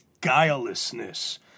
guilelessness